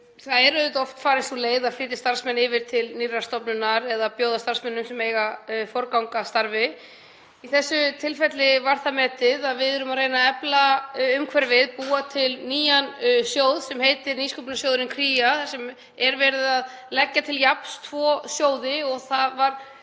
Það er auðvitað oft farin sú leið að flytja starfsmenn yfir til nýrrar stofnunar eða bjóða starfsmönnum forgang að starfi. Í þessu tilfelli var það metið þannig að við erum að reyna að efla umhverfið, búa til nýjan sjóð sem heitir Nýsköpunarsjóðurinn Kría þar sem er verið að leggja til jafns tvo sjóði og það var